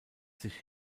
sich